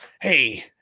Hey